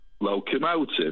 Locomotive